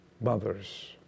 mothers